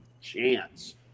chance